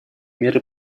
меры